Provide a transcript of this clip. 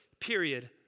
period